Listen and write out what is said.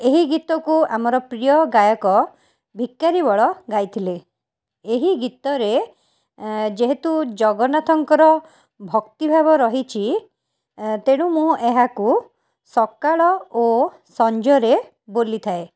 ଏହି ଗୀତକୁ ଆମର ପ୍ରିୟ ଗାୟକ ଭିକାରୀ ବଳ ଗାଇଥିଲେ ଏହି ଗୀତରେ ଯେହେତୁ ଜଗନ୍ନାଥଙ୍କର ଭକ୍ତିଭାବ ରହିଛି ତେଣୁ ମୁଁ ଏହାକୁ ସକାଳ ଓ ସଞ୍ଜରେ ବୋଲିଥାଏ